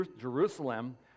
Jerusalem